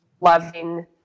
loving